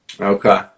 okay